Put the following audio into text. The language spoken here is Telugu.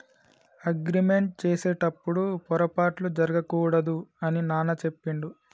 అగ్రిమెంట్ చేసేటప్పుడు పొరపాట్లు జరగకూడదు అని నాన్న చెప్పిండు